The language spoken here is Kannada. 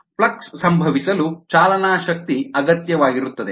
ಫ್ಲಕ್ಸ್ ಸಂಭವಿಸಲು ಚಾಲನಾ ಶಕ್ತಿ ಅಗತ್ಯವಾಗಿರುತ್ತದೆ